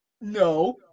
No